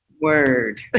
Word